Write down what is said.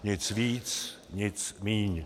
Nic víc, nic míň.